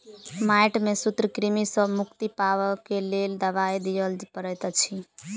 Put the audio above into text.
माइट में सूत्रकृमि सॅ मुक्ति पाबअ के लेल दवाई दियअ पड़ैत अछि